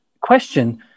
question